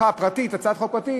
הצעת חוק פרטית,